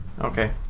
Okay